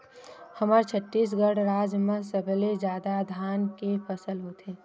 हमर छत्तीसगढ़ राज म सबले जादा धान के फसल होथे